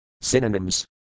Synonyms